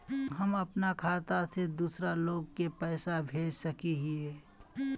हम अपना खाता से दूसरा लोग के पैसा भेज सके हिये?